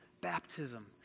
Baptism